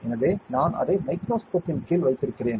எனவே நான் அதை மைக்ரோஸ்கோப் இன் கீழ் வைத்திருக்கிறேன்